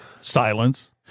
Silence